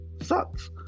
sucks